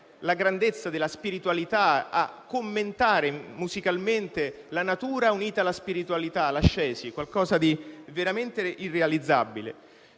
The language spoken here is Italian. sonora che è riuscita a commentare musicalmente la natura unita alla spiritualità, l'ascesi, qualcosa di veramente irrealizzabile